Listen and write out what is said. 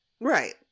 Right